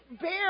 bear